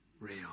real